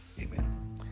Amen